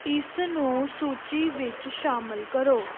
ਇਸ ਨੂੰ ਸੂਚੀ ਵਿੱਚ ਸ਼ਾਮਲ ਕਰੋ